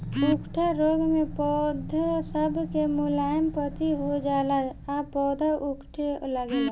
उकठा रोग मे पौध सब के मुलायम पत्ती हो जाला आ पौधा उकठे लागेला